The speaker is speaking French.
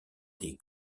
des